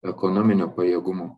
ekonominio pajėgumo